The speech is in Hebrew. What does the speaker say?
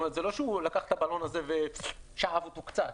זה לא שהוא לקח את הבלון הזה ושאב אותו קצת.